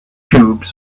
cubes